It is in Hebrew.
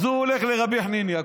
אז הוא הולך לרבי חניניה,